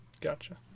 Gotcha